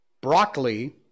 Broccoli